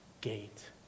gate